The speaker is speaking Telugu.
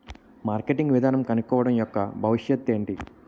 మార్కెటింగ్ విధానం కనుక్కోవడం యెక్క భవిష్యత్ ఏంటి?